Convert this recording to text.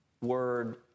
word